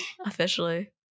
Officially